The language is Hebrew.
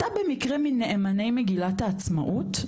אתה במקרה מנאמני מגילת העצמאות?